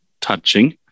touching